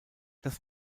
das